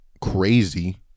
crazy